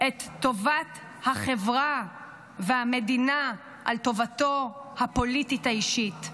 את טובת החברה והמדינה על טובתו הפוליטית האישית.